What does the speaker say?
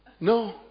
No